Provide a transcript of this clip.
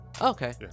Okay